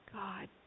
God